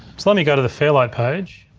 so let me go to the fairlight page,